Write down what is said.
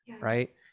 right